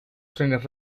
trenes